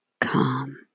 calm